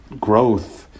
growth